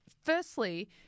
firstly